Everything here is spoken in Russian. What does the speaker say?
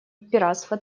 пиратства